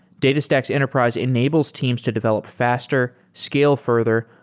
datastax enterprise enables teams to develop faster, scale further,